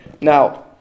Now